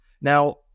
Now